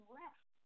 left